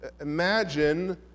Imagine